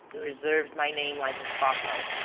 preserved my name like a fossil.